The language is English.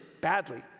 badly